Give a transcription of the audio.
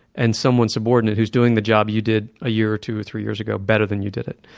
and someone subordinate who's doing the job you did a year, or two, or three years ago, better than you did it.